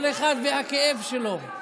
כל אחד והכאב שלו.